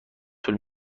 طول